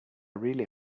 really